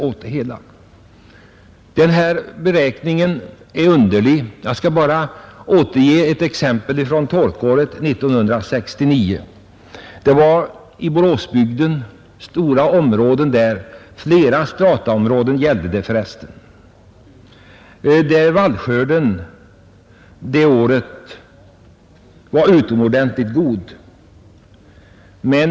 Skördeskadeberäkningen är underlig. Jag skall bara anföra ett exempel från torkåret 1969. I Boråsbygden var det flera strataområden där vallskörden var utomordentligt god.